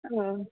ಹಾಂ